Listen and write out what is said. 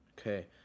Okay